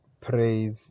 praise